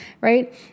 right